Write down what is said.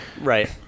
Right